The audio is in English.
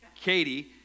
Katie